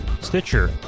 Stitcher